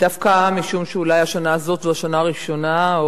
דווקא משום שאולי השנה הזאת היא השנה הראשונה,